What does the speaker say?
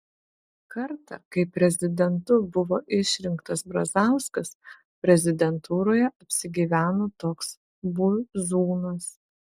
kartą kai prezidentu buvo išrinktas brazauskas prezidentūroje apsigyveno toks buzūnas